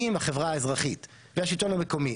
אם החברה האזרחית והשלטון המקומי